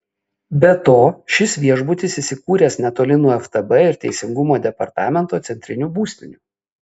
be to šis viešbutis įsikūręs netoli nuo ftb ir teisingumo departamento centrinių būstinių